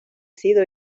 sido